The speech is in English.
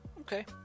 okay